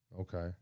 Okay